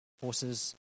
horses